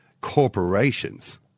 corporations